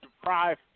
deprive